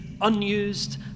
unused